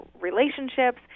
relationships